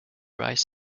rise